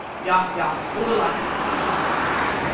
yah! yah! hold a light, put in one of the boers.